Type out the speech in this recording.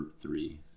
Three